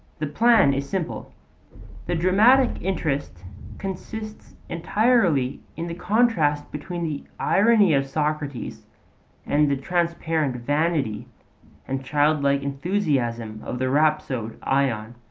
the plan is simple the dramatic interest consists entirely in the contrast between the irony of socrates and the transparent vanity and childlike enthusiasm of the rhapsode ion.